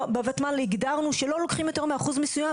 בותמ"ל הגדרנו שלא לוקחים יותר מאחוז מסויים,